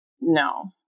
no